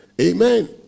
amen